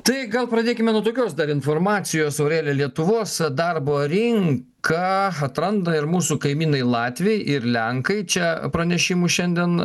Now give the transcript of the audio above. tai gal pradėkime nuo tokios dar informacijos aurelija lietuvos darbo rinką atranda ir mūsų kaimynai latviai ir lenkai čia pranešimų šiandien